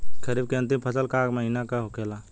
खरीफ के अंतिम फसल का महीना का होखेला?